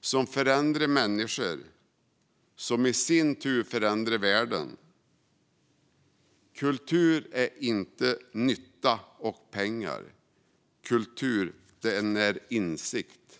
som förändrar människor som i sin tur förändrar världen. Kultur är inte nytta och pengar - kultur är insikt.